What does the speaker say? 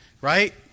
right